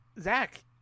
Zach –